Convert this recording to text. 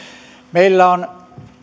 meillä on